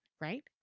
right